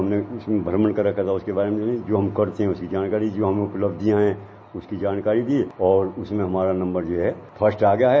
हमने जो भ्रमण कर रखा था उसके बारे में हो हम करते है उसकी जानकारी जो हमारी उपलब्धियां है जानकारी दी और उसमें हमारा नम्बर जो है फर्स्ट आ गया है